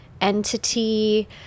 entity